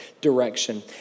direction